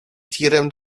tirem